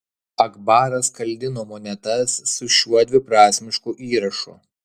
akbaras kaldino monetas su šiuo dviprasmišku įrašu